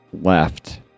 left